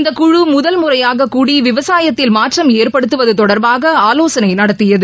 இந்தக்குழு முதல் முறையாகக் கூடி விவசாயத்தில் மாற்றம் ஏற்படுத்துவது தொடர்பாக ஆலோசனை நடத்தியது